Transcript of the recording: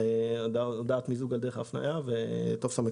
--- והטופס המקוצר.